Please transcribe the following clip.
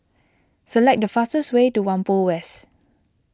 select the fastest way to Whampoa West